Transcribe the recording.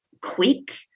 quick